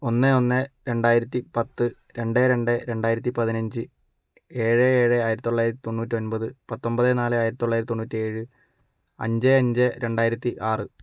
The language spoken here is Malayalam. ഒന്ന് ഒന്ന് രണ്ടായിരത്തി പത്ത് രണ്ട് രണ്ടു രണ്ടായിരത്തി പതിനഞ്ച് ഏഴ് ഏഴ് ആയിരത്തി തൊള്ളായിരത്തി തൊണ്ണൂറ്റൊൻപത് പത്തൊൻപത് നാല് ആയിരത്തി തൊള്ളായിരത്തി തൊണ്ണൂറ്റേഴ് അഞ്ച് അഞ്ച് രണ്ടായിത്തി ആറ്